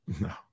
No